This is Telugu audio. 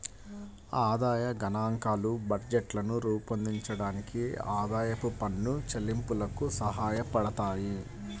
ఆదాయ గణాంకాలు బడ్జెట్లను రూపొందించడానికి, ఆదాయపు పన్ను చెల్లింపులకు సహాయపడతాయి